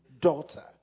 daughter